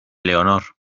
leonor